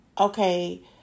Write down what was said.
okay